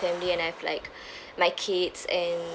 family and I have like my kids and